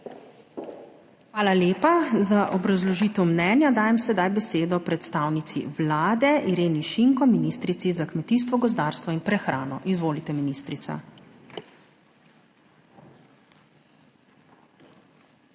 Hvala lepa za obrazložite mnenj. Dajem sedaj besedo predstavnici Vlade, Ireni Šinko, ministrici za kmetijstvo, gozdarstvo in prehrano. Izvolite ministrica.